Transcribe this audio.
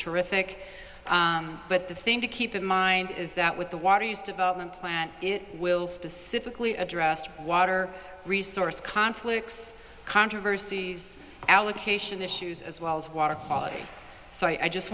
terrific but the thing to keep in mind is that with the water use development plant it will specifically addressed water resource conflicts controversies allocation issues as well as water quality so i just